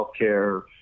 healthcare